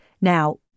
Now